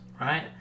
right